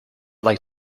like